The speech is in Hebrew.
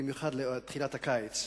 במיוחד לתחילת הקיץ,